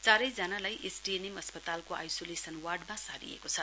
चारैजनालाई STNM अस्पतालको isolation वार्डमा सारिएको छ